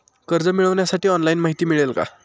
कर्ज मिळविण्यासाठी ऑनलाइन माहिती मिळेल का?